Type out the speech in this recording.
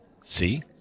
See